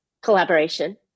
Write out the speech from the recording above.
collaboration